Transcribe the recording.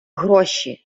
гроші